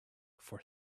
for